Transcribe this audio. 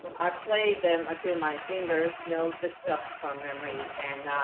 i play them until my fingers know the stuff from memory and